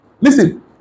Listen